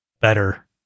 better